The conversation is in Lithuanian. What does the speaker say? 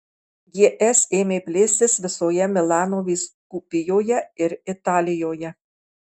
gs ėmė plėstis visoje milano vyskupijoje ir italijoje